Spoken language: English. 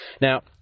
now